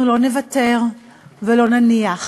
אנחנו לא נוותר ולא ננוח,